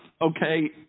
okay